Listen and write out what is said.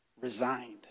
resigned